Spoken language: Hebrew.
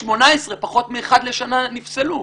18 פחות מאחד לשנה נפסלו.